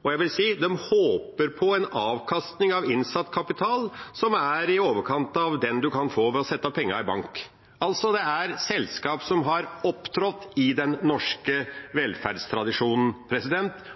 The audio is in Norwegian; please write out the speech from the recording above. og – jeg vil si – de håper på en avkastning av innsatt kapital som er i overkant av det en kan få ved å sette pengene i banken. Det er selskaper som har opptrådt i den norske velferdstradisjonen,